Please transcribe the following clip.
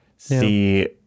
see